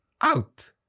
out